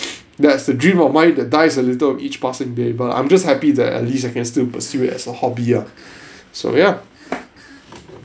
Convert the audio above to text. that's a dream of mine that dies a little with each passing day but I'm just happy that at least I can still pursue it as a hobby ah so ya